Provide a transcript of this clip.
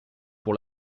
pour